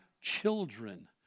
children